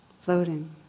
floating